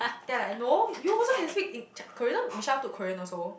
then I like no you also can speak in chi~ Korean then Michelle took Korean also